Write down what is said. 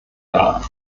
dar